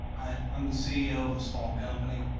i'm the ceo of a small company.